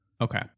Okay